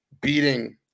beating